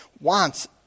wants